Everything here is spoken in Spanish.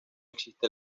existe